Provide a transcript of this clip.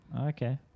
Okay